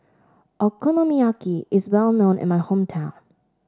Okonomiyaki is well known in my hometown